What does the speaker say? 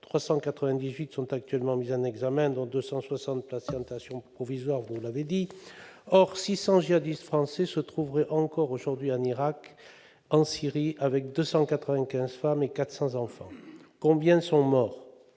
398 sont actuellement mises en examen, dont 260 placées en détention provisoire. Or, 690 djihadistes français se trouveraient encore aujourd'hui en Irak et en Syrie, avec 295 femmes et 400 enfants. Combien sont morts ?